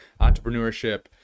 entrepreneurship